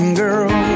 girl